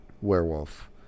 werewolf